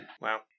wow